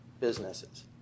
businesses